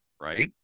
right